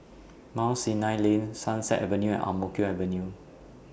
Mount Sinai Lane Sunset Avenue and Ang Mo Kio Avenue